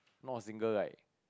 not a single like